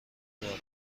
دارم